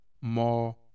more